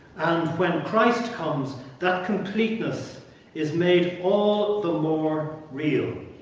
when christ comes that completeness is made all the more real.